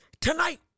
tonight